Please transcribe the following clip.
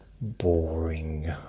Boring